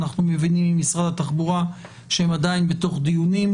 אנחנו מבינים ממשרד התחבורה שהם עדיין בתוך דיונים,